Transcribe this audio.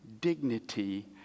dignity